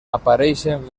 apareixen